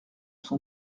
son